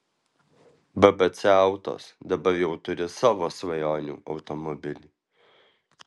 bbc autos dabar jau turi savo svajonių automobilį